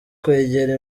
kwegera